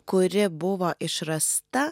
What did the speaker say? kuri buvo išrasta